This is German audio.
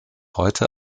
heute